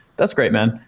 that's great man.